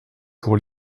pour